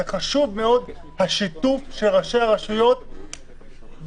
זה חשוב מאוד, השיתוף של ראשי הרשויות בהיוועצות.